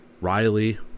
Riley